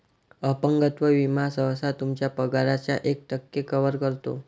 अपंगत्व विमा सहसा तुमच्या पगाराच्या एक टक्के कव्हर करतो